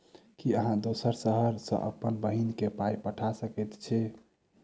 की अहाँ दोसर शहर सँ अप्पन बहिन केँ पाई पठा सकैत छी?